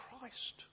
Christ